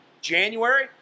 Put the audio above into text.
January